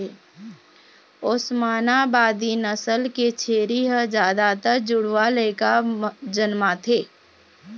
ओस्मानाबादी नसल के छेरी ह जादातर जुड़वा लइका जनमाथे